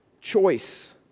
choice